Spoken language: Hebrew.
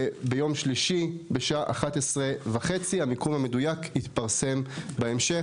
ביום שלישי בשעה 11:30. המיקום המדויק יתפרסם בהמשך.